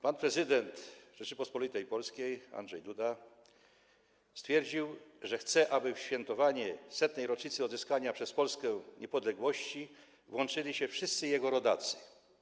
Pan prezydent Rzeczypospolitej Polskiej Andrzej Duda stwierdził, że chce, aby w świętowanie setnej rocznicy odzyskania przez Polskę niepodległości włączyli się wszyscy jego rodacy.